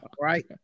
right